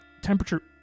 temperature